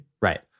right